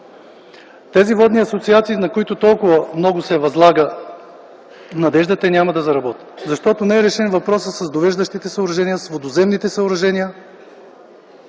Тези водни асоциации, на които толкова много се възлага надежда, няма да заработят, защото не е решен въпросът с довеждащите съоръжения, с водовземните съоръжения.